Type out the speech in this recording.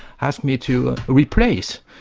asked me to replace'.